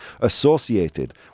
associated